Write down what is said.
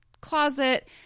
closet